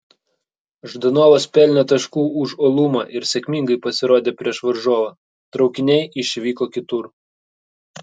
ždanovas pelnė taškų už uolumą ir sėkmingai pasirodė prieš varžovą traukiniai išvyko kitur